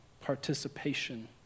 participation